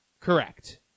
correct